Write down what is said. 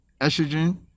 estrogen